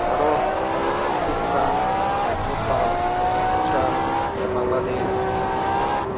Bharat Pakistan Nepal Bhutan Bangladesh